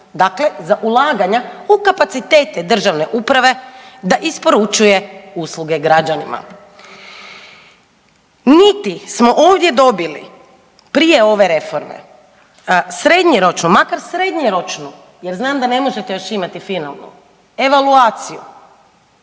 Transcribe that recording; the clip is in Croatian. dakle za ulaganja u kapacitete državne uprave da isporučuje usluge građanima. Niti smo ovdje dobili prije ove reforme, srednjoročno, makar srednjoročno jer znam da ne možete još imati finalno, evaluaciju